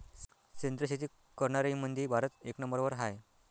सेंद्रिय शेती करनाऱ्याईमंधी भारत एक नंबरवर हाय